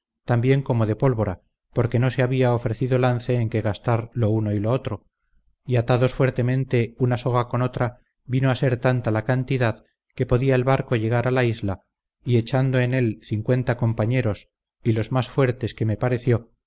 también como de pólvora porque no se había ofrecido lance en que gastar lo uno y lo otro y atadas fuertemente una soga con otra vino a ser tanta la cantidad que podía el barco llegar a la isla y echando en él cincuenta compañeros y los más fuertes que me pareció